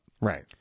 Right